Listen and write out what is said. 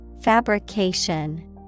Fabrication